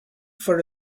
for